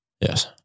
Yes